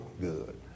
good